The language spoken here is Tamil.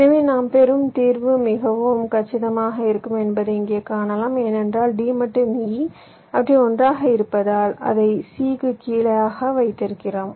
எனவே நாம் பெறும் தீர்வு மிகவும் கச்சிதமாக இருக்கும் என்பதை இங்கே காணலாம் ஏனென்றால் d மற்றும் e அவை ஒன்றாக இருப்பதால் அதை c க்கு கீழே வைக்கலாம்